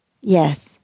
Yes